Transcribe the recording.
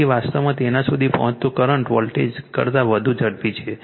તેથી વાસ્તવમાં તેના સુધી પહોંચતો કરંટ વોલ્ટેજ કરતા વધુ ઝડપી છે